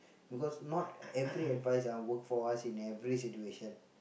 because not every advice are work for us in every situation